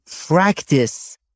practice